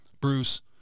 bruce